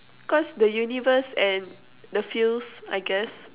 cause the universe and the feels I guess